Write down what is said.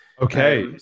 Okay